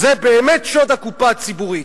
זה באמת שוד הקופה הציבורית.